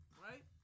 Right